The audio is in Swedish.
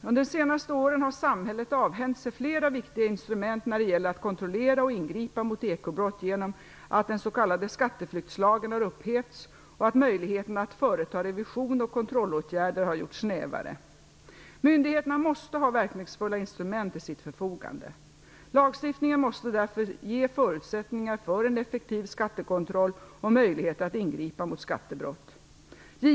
Under de senaste åren har samhället avhänt sig flera viktiga instrument när det gäller att kontrollera och ingripa mot ekobrott genom att den s.k. skatteflyktslagen har upphävts och att möjligheterna att företa revision och kontrollåtgärder har gjorts snävare. Myndigheterna måste ha verkningsfulla instrument till sitt förfogande. Lagstiftningen måste därför ge förutsättningar för en effektiv skattekontroll och möjligheter att ingripa mot skattebrott.